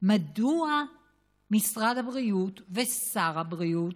מדוע משרד הבריאות ושר הבריאות,